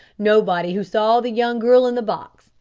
nobody who saw the young girl in the box,